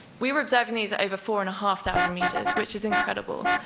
we were observing these at over four and a half thousand meters, which is incredible.